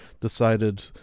decided